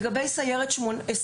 לגבי סיירת 28,